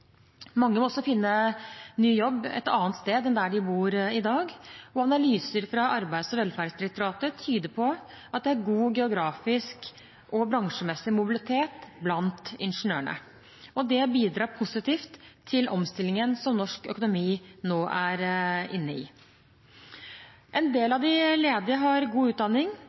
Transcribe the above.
Mange må også finne ny jobb et annet sted enn der de bor i dag. Analyser fra Arbeids- og velferdsdirektoratet tyder på at det er god geografisk og bransjemessig mobilitet blant ingeniørene, og det bidrar positivt til omstillingen som norsk økonomi nå er inne i. En del av de ledige har god utdanning,